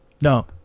No